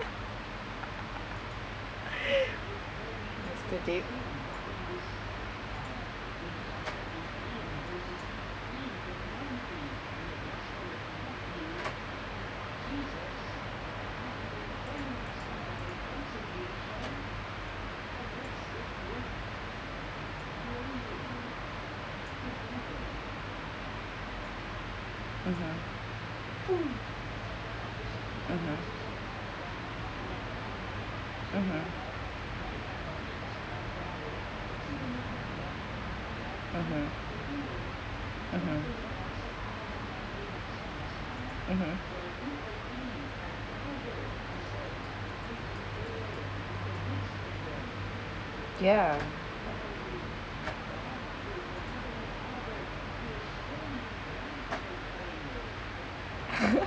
yesterday mmhmm mmhmm mmhmm mmhmm mmhmm mmhmm ya